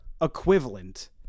equivalent